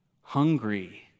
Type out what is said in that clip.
hungry